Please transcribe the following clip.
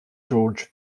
george